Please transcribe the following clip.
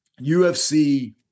UFC